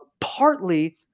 partly